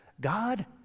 God